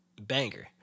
banger